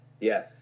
Yes